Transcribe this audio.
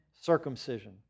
circumcision